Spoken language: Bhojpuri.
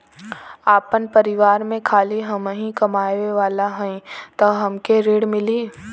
आपन परिवार में खाली हमहीं कमाये वाला हई तह हमके ऋण मिली?